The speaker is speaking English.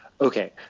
Okay